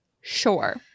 sure